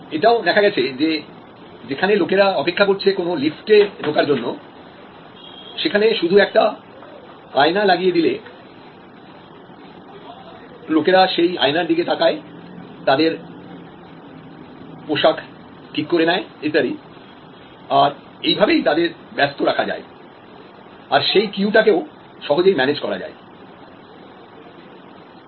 এটাও দেখা গেছে যে যেখানে লোকেরা অপেক্ষা করছে কোন লিফটে ঢোকার জন্য সেখানে শুধু একটা আয়না লাগিয়ে দিলেলোকেরা সেই আয়নার দিকে তাকায় তাদের ড্রেস ঠিক করে নেয় ইত্যাদি আর এভাবেই তাদের ব্যস্ত রাখা যায় আর সেই কিউ টাকে সহজেই ম্যানেজ করা যায়